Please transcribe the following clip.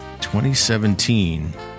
2017